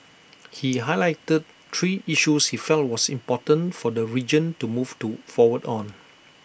he highlighted three issues he felt was important for the region to move to forward on